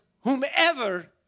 whomever